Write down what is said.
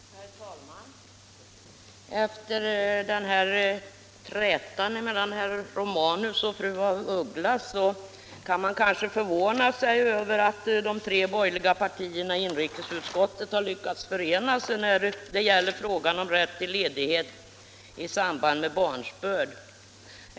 Nr 24 Herr talman! Efter den här trätan mellan herr Romanus och fru af Ugglas kan man kanske förvåna sig över att de tre borgerliga partierna i inrikesutskottet lyckats förena sig när det gäller frågan om rätt till le= = dighet i samband med barnsbörd.